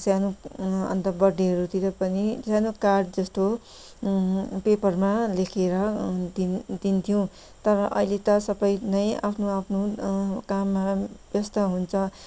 सानो अन्त बर्थडेहरूतिर पनि सानो कार्ड जस्तो पेपरमा लेखेर दिन दिन्थ्यौँ तर अहिले त सबै नै आफ्नो आफ्नो काममा व्यस्त हुन्छ